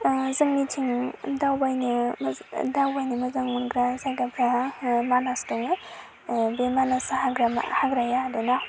दा जोंनिथिं दावबायनो मोजां दावबायनो मोजां मोनग्रा जायगाफ्रा मानास दङ बे मानासआ हाग्राया आरो ना